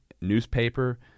newspaper